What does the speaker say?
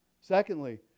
Secondly